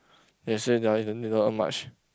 they say that they didn't didn't earn much